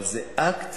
אבל זה אקט